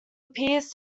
appears